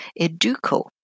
educo